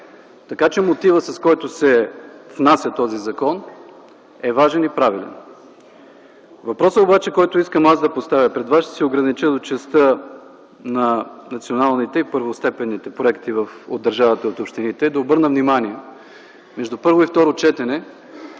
Така че мотивът, с който се внася този закон, е важен и правилен. Въпросът обаче, който искам да поставя пред вас – ще се огранича в частта на националните и първостепенните проекти от държавата и общините, е да обърна внимание между първо и второ четене